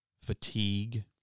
fatigue